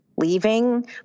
leaving